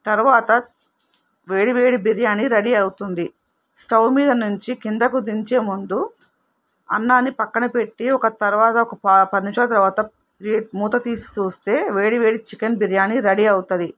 తర్వాత వేడివేడి బిర్యానీ రెడీ అవుతుంది స్టవ్ మీద నుంచి కిందకు దించే ముందు అన్నాన్ని పక్కనపెట్టి ఒక తర్వాత ఒక పది నిమిషాల తర్వాత మూత తీసి చూస్తే వేడి వేడి చికెన్ బిర్యానీ రెడీ అవుతుంది